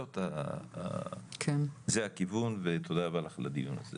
זה הכיוון, ותודה רבה לך על הדיון הזה.